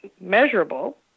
measurable